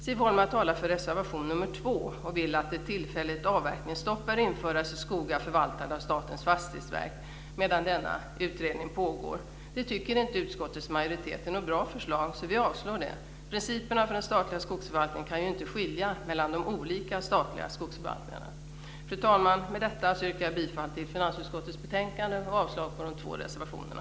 Siv Holma talar för reservation nr 2. Hon vill att ett tillfälligt avverkningsstopp bör införas i skogar förvaltade av Statens fastighetsverk medan denna utredning pågår. Utskottets majoritet tycker inte att det är ett bra förslag, och vi avstyrker det. Principerna för den statliga skogsförvaltningen kan ju inte skilja mellan de olika statliga skogsförvaltarna. Fru talman! Med detta yrkar jag bifall till förslaget i utskottets betänkande och avslag på de två reservationerna.